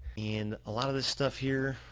and a lot of this stuff here,